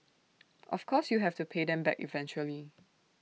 of course you have to pay them back eventually